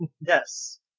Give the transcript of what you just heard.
Yes